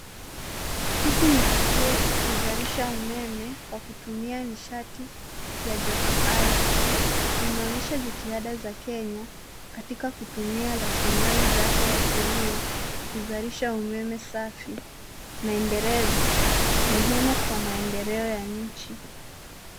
Hiki ni kituo cha kuzalisha umeme kwa kutumia nishati ya jotoardhi. Inaonyesha jitihada za Kenya katika kutumia rasilimali zake asilia kuzalisha umeme safi na endelevu, muhimu kwa maendeleo ya nchi.